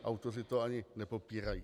Autoři to ani nepopírají.